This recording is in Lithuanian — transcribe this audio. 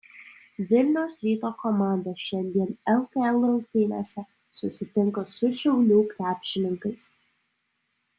vilniaus ryto komanda šiandien lkl rungtynėse susitinka su šiaulių krepšininkais